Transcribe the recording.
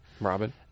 Robin